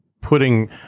putting